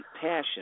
passion